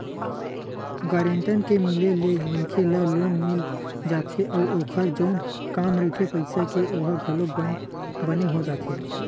guarantor के मिले ले मनखे ल लोन मिल जाथे अउ ओखर जउन काम रहिथे पइसा के ओहा घलोक बने हो जाथे